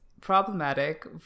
problematic